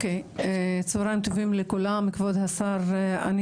אוקיי צוהריים טובים לכולם, כבוד השר אני